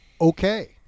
Okay